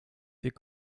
fait